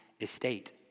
estate